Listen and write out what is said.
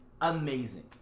amazing